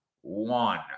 one